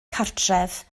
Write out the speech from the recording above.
cartref